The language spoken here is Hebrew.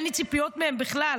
שבאמת אין לי ציפיות מהן בכלל,